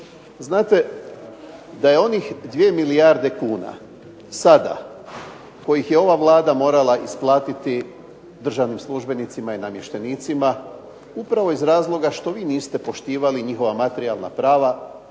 Znate, da je onih 2 milijarde kuna sada kojih je ova Vlada morala isplatiti državnim službenicima i namještenicima upravo iz razloga što vi niste poštivali njihova materijalna prava